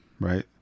right